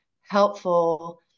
helpful